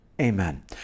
Amen